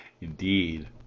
Indeed